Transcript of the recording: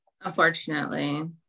Unfortunately